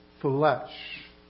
flesh